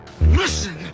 Listen